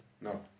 No